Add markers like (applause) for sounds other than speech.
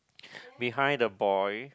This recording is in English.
(noise) behind the boy